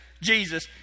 Jesus